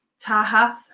Tahath